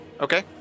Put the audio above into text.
okay